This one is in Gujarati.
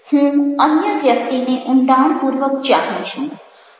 હું અન્ય વ્યક્તિને ઊંડાણપૂર્વક ચાહું છું